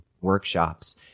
workshops